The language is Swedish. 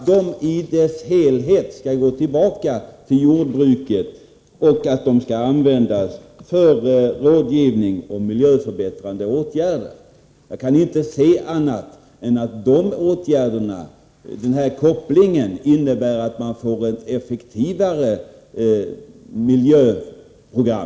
De skall i sin helhet gå tillbaka till jordbruket och användas för rådgivning och miljöförbättrande åtgärder. Jag kan inte se annat än att denna koppling mellan avgifter och åtgärder innebär att man får ett effektivare miljöprogram.